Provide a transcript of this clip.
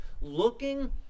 Looking